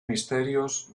misterios